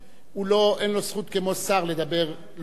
אין לו זכות כמו שר לזמן לא מוגבל,